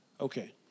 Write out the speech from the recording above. okay